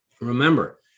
Remember